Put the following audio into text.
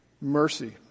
mercy